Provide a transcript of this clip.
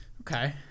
Okay